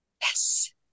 Yes